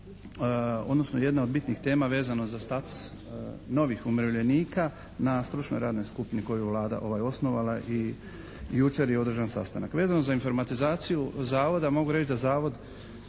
je jedna od bitnih tema vezano za status novih umirovljenika na stručnoj radnoj skupini koju je Vlada osnovala i jučer je održan sastanak. Vezano za informatizaciju zavoda mogu reći da zavod